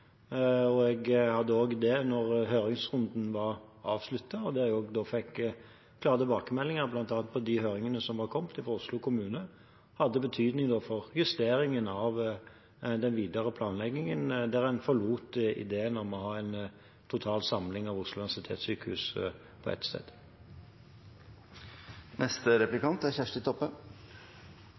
har. Jeg hadde også det da høringsrunden var avsluttet. Jeg fikk da klare tilbakemeldinger, bl.a. fra Oslo kommune, som hadde betydning for justeringen av den videre planleggingen, der en forlot ideen om å ha en total samling av Oslo universitetssykehus på ett